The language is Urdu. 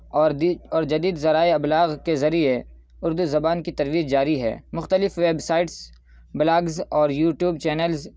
اور دی اور جدید ذرائع ابلاغ کے ذریعے اردو زبان کی ترویج جاری ہے مختلف ویبسائٹس بلاگز اور یو ٹیوب چینلز